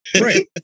right